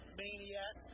maniac